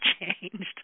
changed